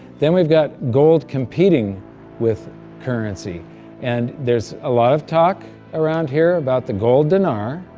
then we've got gold competing with currency and there's a lot of talk around here about the gold dinar,